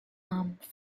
armed